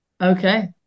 okay